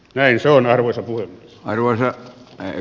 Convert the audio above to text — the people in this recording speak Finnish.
näin se on arvoisa puhemies